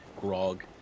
grog